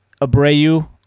Abreu